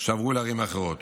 שעברו לערים אחרות.